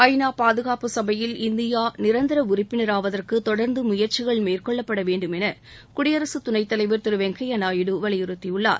ஐ நா பாதுகாப்பு சபையில் இந்தியா நிரந்தர உறுப்பினராவதற்கு தொடர்ந்து முயற்சிகள் மேற்கொள்ளப்பட வேண்டும் என குடியரசுத் துணைத்தலைவர் திரு வெங்கையா நாயுடு வலியுறுத்தியுள்ளார்